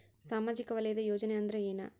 ಸಾಮಾಜಿಕ ವಲಯದ ಯೋಜನೆ ಅಂದ್ರ ಏನ?